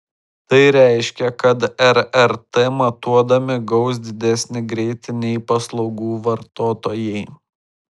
tai reiškia kad rrt matuodami gaus didesnį greitį nei paslaugų vartotojai